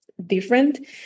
Different